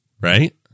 right